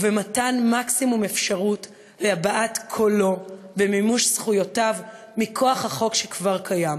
ובמתן מקסימום אפשרות להבעת קולו ומימוש זכויותיו מכוח החוק שכבר קיים,